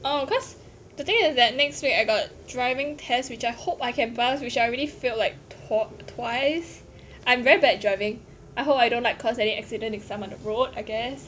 oh cause the thing is that next week I got driving test which I hope I can pass which I already failed like twi~ twice I'm very bad at driving I hope I don't like cause any accident if some of the road I guess